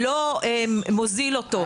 שלא מוזיל אותו,